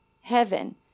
heaven